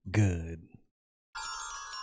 good